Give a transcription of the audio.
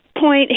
point